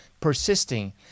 persisting